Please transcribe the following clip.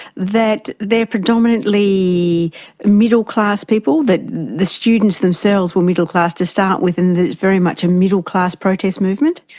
that they are predominantly middle-class people, that the students themselves were middle-class to start with and it's very much a middle-class protest movement?